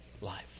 life